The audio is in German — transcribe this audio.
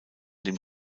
dem